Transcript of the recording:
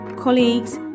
colleagues